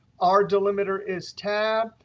our delimiter is tab,